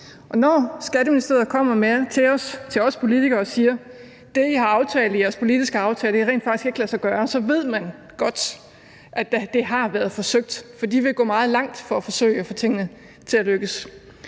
Når Skatteministeriet kommer til os politikere og siger, at det, som I har aftalt i jeres politiske aftale, rent faktisk ikke kan lade sig gøre, så ved man godt, at det har været forsøgt, for de vil gå meget langt for at forsøge at få tingene til at lykkes.